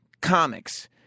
comics